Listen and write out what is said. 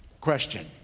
Question